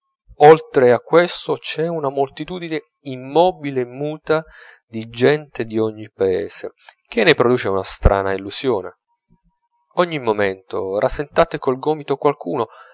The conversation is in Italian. oltre a questo c'è una moltitudine immobile e muta di gente d'ogni paese che produce una strana illusione ogni momento rasentate col gomito qualcuno